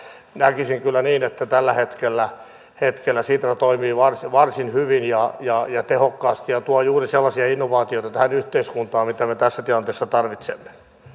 näkisin kyllä niin että tällä hetkellä hetkellä sitra toimii varsin hyvin ja ja tehokkaasti ja tuo juuri sellaisia innovaatioita tähän yhteiskuntaan mitä me tässä tilanteessa tarvitsemme